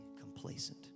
complacent